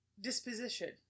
disposition